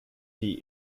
die